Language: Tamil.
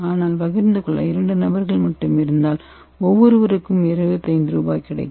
ஆனால் பகிர்ந்து கொள்ள 2 நபர்கள் மட்டுமே இருந்தால் ஒவ்வொருவருக்கும் 25 ரூபாய் கிடைக்கும்